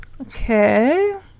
Okay